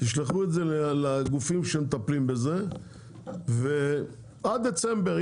תשלחו את זה לגופים שמטפלים בזה ועד דצמבר,